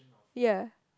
ya